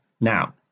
Now